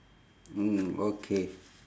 mm okay